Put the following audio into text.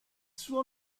suo